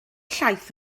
llaeth